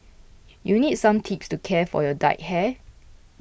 you need some tips to care for your dyed hair